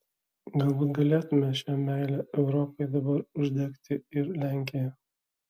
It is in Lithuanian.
galbūt galėtumėme šia meile europai dabar uždegti ir lenkiją